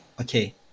okay